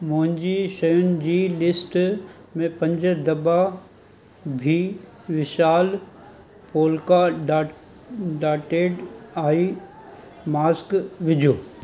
मुंहिंजी शयुनि जी लिस्ट में पंज दॿा बी विशाल polka dot dotted eye mask विझो